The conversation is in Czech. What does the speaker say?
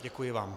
Děkuji vám.